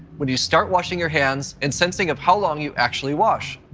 when you start washing your hands, it's sensing of how long you actually wash.